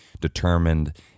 determined